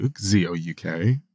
Z-O-U-K